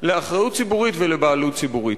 לאחריות ציבורית ולבעלות ציבורית.